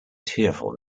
tearful